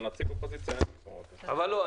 אבל נעשה כוכבית --- אבל לא.